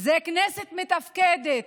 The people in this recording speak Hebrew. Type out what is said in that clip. היא כנסת מתפקדת,